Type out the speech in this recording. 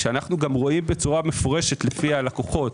כשאנו רואים מפורשות לפי הלקוחות,